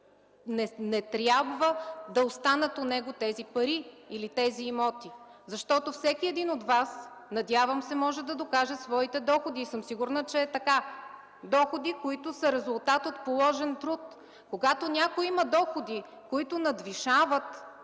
не трябва да останат у него тези пари или тези имоти, защото всеки един от Вас, надявам се, може да докаже своите доходи и съм сигурна, че е така – доходи, които са резултат от положен труд. Когато някой има доходи, които надвишават